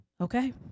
okay